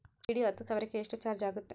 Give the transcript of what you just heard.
DD ಹತ್ತು ಸಾವಿರಕ್ಕೆ ಎಷ್ಟು ಚಾಜ್೯ ಆಗತ್ತೆ?